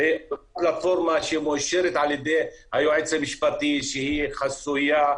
זו פלטפורמה שמאושרת על-ידי היועץ המשפטי שהיא חסויה,